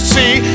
see